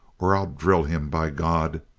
or i'll drill him, by god!